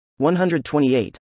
128